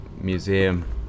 museum